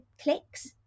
clicks